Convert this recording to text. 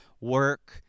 work